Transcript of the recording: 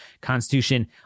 Constitution